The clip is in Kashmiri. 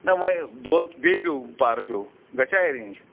نہ وۄنۍ دۄد بیٚیہِ پیوٚو پَرٕ پیوٚو گژھیٛا اٮ۪رینٛج